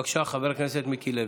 בבקשה, חבר הכנסת מיקי לוי.